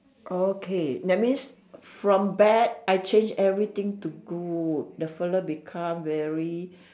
okay that means for bad I change everything to good that fella become very